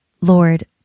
Lord